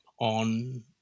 on